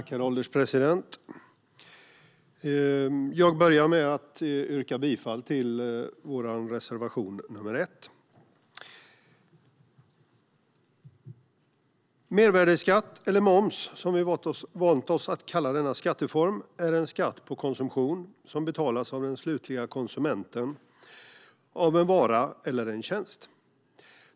Herr ålderspresident! Jag börjar med att yrka bifall till vår reservation nr 1. Mervärdesskatt eller moms, som vi vant oss att kalla denna skatteform, är en skatt på konsumtion, som betalas av den slutliga konsumenten av en vara eller en tjänst.